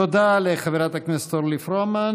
תודה לחברת הכנסת אורלי פרומן.